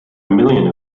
million